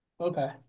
Okay